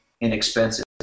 inexpensive